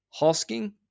Hosking